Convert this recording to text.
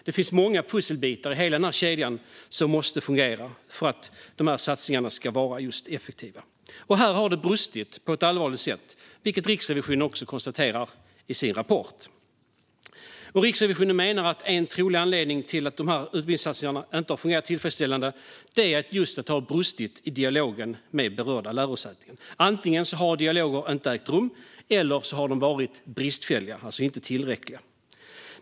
Det är många pusselbitar i hela kedjan som måste fungera för att satsningarna ska vara effektiva. Här har det brustit på ett allvarligt sätt, vilket Riksrevisionen också konstaterar i sin rapport. Riksrevisionen menar att en trolig anledning till att dessa utbildningssatsningar inte har fungerat tillfredsställande är att det har brustit i dialogen med berörda lärosäten. Antingen har dialoger inte ägt rum eller så har de varit bristfälliga och alltså inte tillräckliga.